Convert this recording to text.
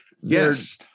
Yes